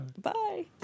bye